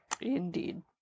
Indeed